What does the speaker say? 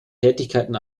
tätigkeiten